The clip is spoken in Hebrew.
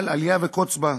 אבל אליה וקוץ בה: